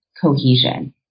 cohesion